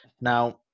Now